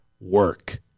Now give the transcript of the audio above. work